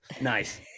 Nice